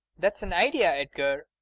that's an idea, edgar.